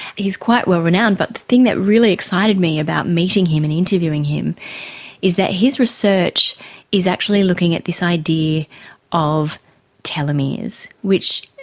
he is quite well renowned. but the thing that really excited to me about meeting him and interviewing him is that his research is actually looking at this idea of telomeres, which,